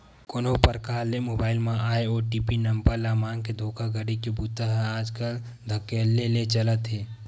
कोनो परकार ले मोबईल म आए ओ.टी.पी नंबर ल मांगके धोखाघड़ी के बूता ह आजकल धकल्ले ले चलत हे